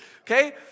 Okay